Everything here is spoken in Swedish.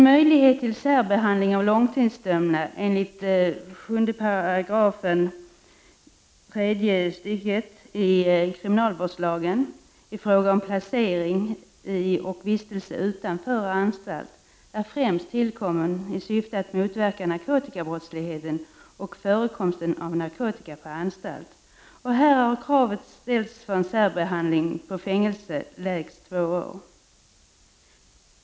Möjligheten till särbehandling av långtidsdömda enligt 7 § tredje stycket i kriminalvårdslagen i fråga om placering i och vistelse utanför anstalt är främst tillkommen i syfte att motverka narkotikabrottsligheten och förekomsten av narkotika på anstalter. Här har kravet om särbehandling satts till fängelse i lägst två år.